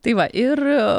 tai va ir